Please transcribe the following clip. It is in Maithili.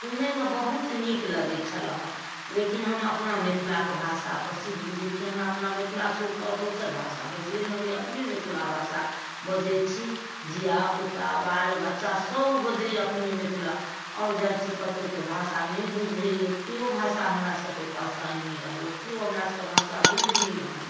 सुनैमे बहुत नीक लगैत छलै हँ लेकिन हम अपना मिथिलाके भाषा प्रसिद्ध बुझैत छी हमरा मिथिला छोड़िके आओर दोसर भाषा बजले नै अबैये अपन मिथिला भाषा बजैत छी धिआपूता बाल बच्चा सब बजैए अपने मिथिला आओर जाइत छी कतहुँ तऽ भाषा नहि बुझैए केओ भाषा हमरा सबके पहचानि नहि रहलैए केओ हमरा सबके भाषा बुझि नहि रहल हँ